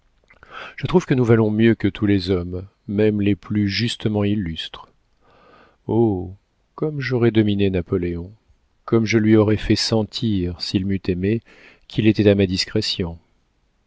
je trouve que nous valons mieux que tous les hommes même les plus justement illustres oh comme j'aurais dominé napoléon comme je lui aurais fait sentir s'il m'eût aimée qu'il était à ma discrétion